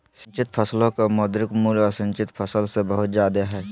सिंचित फसलो के मौद्रिक मूल्य असिंचित फसल से बहुत जादे हय